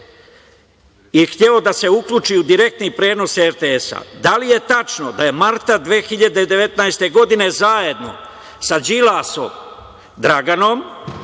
i hteo da se uključi u direktni prenos RTS-a? Da li je tačno da je marta 2019. godine zajedno sa Draganom